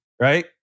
Right